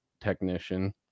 technician